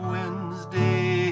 Wednesday